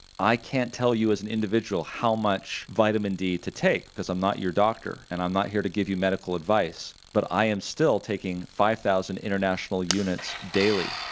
i can't tell you as an individual how much vitamin d to take, because i'm not your doctor, and i'm not here to give you medical advice, but i am still taking five thousand international units daily,